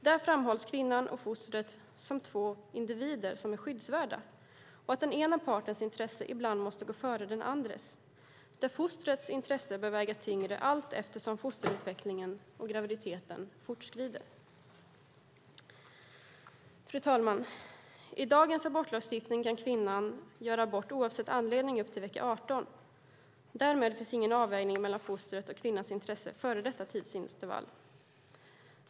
Där framhålls att kvinnan och fostret är två skyddsvärda individer, att den ena partens intressen ibland måste gå före den andras och att fostrets intressen bör väga tyngre allt eftersom fosterutvecklingen och graviditeten fortskrider. Fru talman! I dagens abortlagstiftning kan kvinnan göra abort oavsett anledning upp till vecka 18. Därmed finns det ingen avvägning mellan fostrets och kvinnans intressen före detta tidsintervall.